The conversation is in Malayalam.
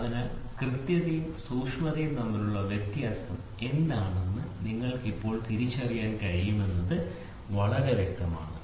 അതിനാൽ കൃത്യതയും സൂക്ഷ്മതയും തമ്മിലുള്ള വ്യത്യാസം എന്താണെന്ന് നിങ്ങൾക്ക് ഇപ്പോൾ തിരിച്ചറിയാൻ കഴിയുമെന്ന് വളരെ വ്യക്തമാണ്